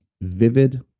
vivid